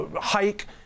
hike